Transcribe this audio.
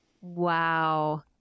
wow